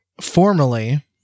formally